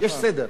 יש סדר.